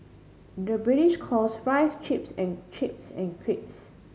the British calls fries chips and chips and crisps